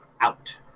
out